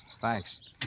thanks